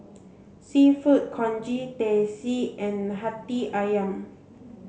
Seafood Congee Teh C and Hati Ayam